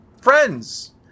Friends